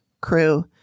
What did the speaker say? crew